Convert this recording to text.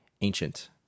ancient